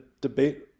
debate